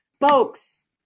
folks